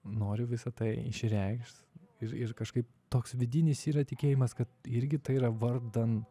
noriu visa tai išreikšt ir ir kažkaip toks vidinis yra tikėjimas kad irgi tai yra vardan